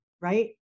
right